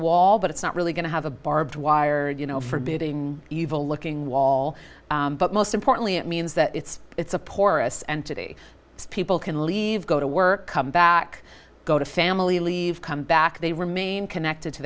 wall but it's not really going to have a barbed wired you know forbidding evil looking wall but most importantly it means that it's it's a porous entity people can leave go to work come back go to family leave come back they remain connected to